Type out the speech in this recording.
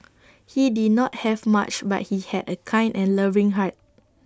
he did not have much but he had A kind and loving heart